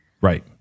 Right